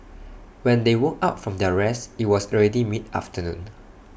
when they woke up from their rest IT was already mid afternoon